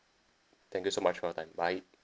thank you so much for your time bye